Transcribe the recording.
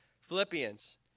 Philippians